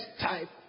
type